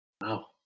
Wow